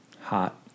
hot